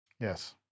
Yes